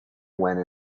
when